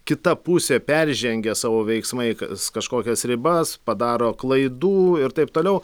kita pusė peržengia savo veiksmais kažkokias ribas padaro klaidų ir taip toliau